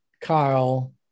Kyle